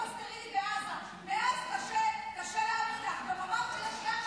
מאז קשה להאמין לך.